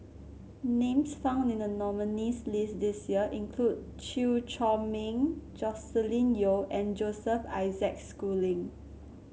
names found in the nominees' list this year include Chew Chor Meng Joscelin Yeo and Joseph Isaac Schooling